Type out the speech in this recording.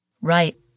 Right